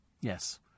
Yes